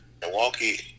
Milwaukee